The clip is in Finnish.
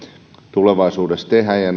tulevaisuudessa tehdä ja